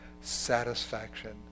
satisfaction